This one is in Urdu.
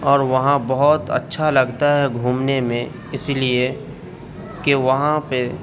اور وہاں بہت اچھا لگتا ہے گھومنے میں اسی لیے کہ وہاں پہ